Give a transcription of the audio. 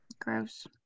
Gross